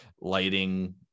lighting